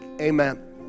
Amen